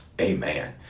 amen